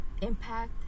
impact